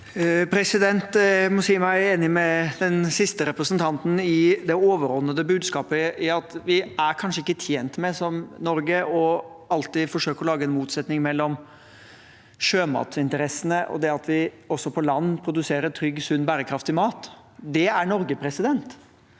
Jeg må si meg enig med den siste representanten i det overordnede budskapet, i at vi som Norge kanskje ikke er tjent med å alltid forsøke å lage en motsetning mellom sjømatinteressene og det at vi også på land produserer trygg, sunn, bærekraftig mat. Det er Norge. Vi